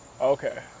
Okay